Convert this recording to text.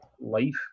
life